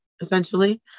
essentially